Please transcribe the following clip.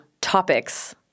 topics